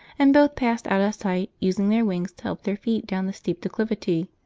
and both passed out of sight, using their wings to help their feet down the steep declivity.